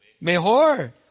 mejor